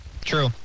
True